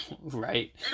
Right